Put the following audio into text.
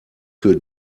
für